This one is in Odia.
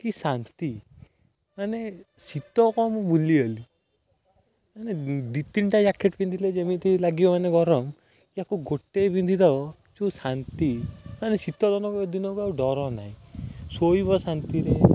କି ଶାନ୍ତି ମାନେ ଶୀତ କ'ଣ ମୁଁ ଭୁଲିଗଲି ମାନେ ଦୁଇ ତିନିଟା ଜ୍ୟାକେଟ୍ ପିନ୍ଧିଲେ ଯେମିତି ଲାଗିବ ମାନେ ଗରମ ୟାକୁ ଗୋଟେ ପିନ୍ଧିଥାଅ ଯେଉଁ ଶାନ୍ତି ମାନେ ଶୀତ ଦନକୁ ଦିନକୁ ଆଉ ଡର ନାହିଁ ଶୋଇବ ଶାନ୍ତିରେ